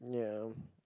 ya